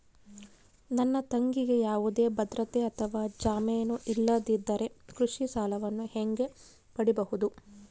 ನನ್ನ ತಂಗಿಗೆ ಯಾವುದೇ ಭದ್ರತೆ ಅಥವಾ ಜಾಮೇನು ಇಲ್ಲದಿದ್ದರೆ ಕೃಷಿ ಸಾಲವನ್ನು ಹೆಂಗ ಪಡಿಬಹುದು?